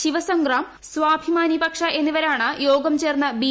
ശിവസംഗ്രാം സ്വാഭിമാനിപക്ഷ എന്നിവരാണ് യോഗം ചേർന്ന് ബി